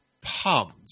pumped